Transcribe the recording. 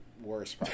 worse